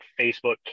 Facebook